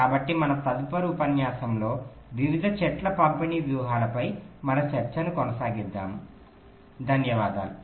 కాబట్టి మన తదుపరి ఉపన్యాసంలో వివిధ చెట్ల పంపిణీ వ్యూహాలపై మన చర్చను కొనసాగిస్తాము